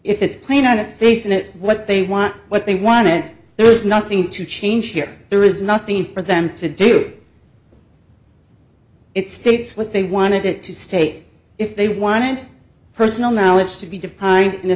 if it's plain on its face in it what they want what they want it there is nothing to change here there is nothing for them to do it states what they wanted it to state if they wanted personal knowledge to be